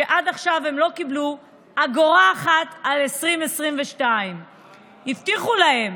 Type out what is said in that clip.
שעד עכשיו הם לא קיבלו אגורה אחת על 2022. הבטיחו להם,